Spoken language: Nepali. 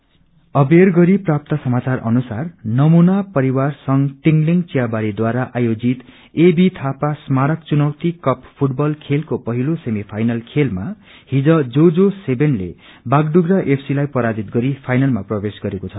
मिरिक अबेर गरी प्राप्त समाचार अनुसार नमूना परिवार संघ टिंगलिंग वियाबारद्वारा आयोजित एबी थापा स्मारक चुनौति कप फूटबल खेलको पहिलो सेमी फ्रइनल खेलामा हिज जो जो सेमेनले बागडुग्रा एफसी लाई पराजित गरी फ्रइनलमा प्रवेश गरेक्वे छ